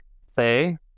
say